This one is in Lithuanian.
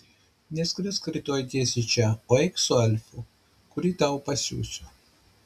neskrisk rytoj tiesiai čia o eik su elfu kurį tau pasiųsiu